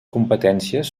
competències